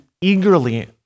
eagerly